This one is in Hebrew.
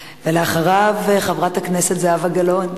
אחריו, חברת הכנסת זהבה גלאון.